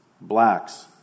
Blacks